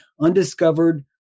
undiscovered